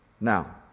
Now